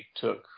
took